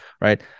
right